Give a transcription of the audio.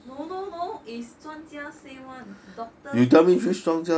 no no no is 专家 say one doctor say also say